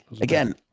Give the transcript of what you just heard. Again